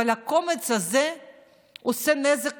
אבל הקומץ הזה עושה נזק